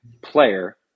player